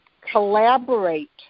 collaborate